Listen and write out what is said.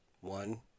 one